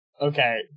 Okay